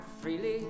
freely